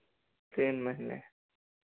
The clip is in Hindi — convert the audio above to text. तीन महीने